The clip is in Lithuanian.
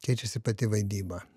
keičiasi pati vaidyba